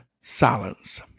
silence